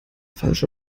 falsche